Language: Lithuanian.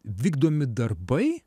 vykdomi darbai